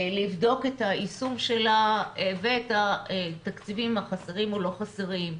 לבדוק את היישום שלה ואת התקציבים החסרים או לא חסרים,